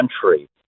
country